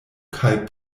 kaj